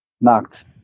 knocked –